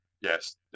yes